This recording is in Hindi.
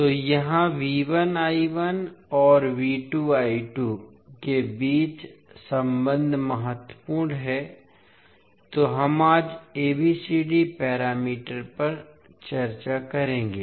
तो यहां और के बीच संबंध महत्वपूर्ण है तो हम आज ABCD पैरामीटर पर चर्चा करेंगे